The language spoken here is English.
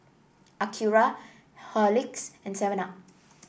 Acura Horlicks and Seven Up